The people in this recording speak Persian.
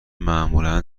معمولا